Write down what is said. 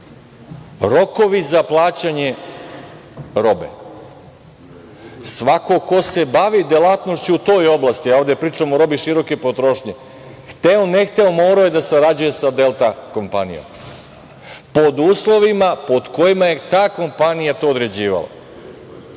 rokove za plaćanje robe. Svako ko se bavi delatnošću u toj oblasti, ja ovde pričam o robi široke potrošnje, hteo, ne hteo morao je da sarađuje sa „Delta kompanijom“ pod uslovima pod kojima je ta kompanija to određivala. To